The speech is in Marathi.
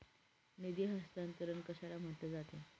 निधी हस्तांतरण कशाला म्हटले जाते?